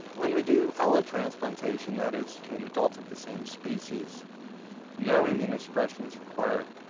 when we do allotransplantation that is to an adult of the same species no immunosuppression is required.